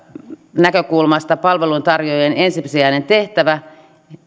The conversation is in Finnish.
näkökulmasta palveluntarjoajien ensisijainen tehtävä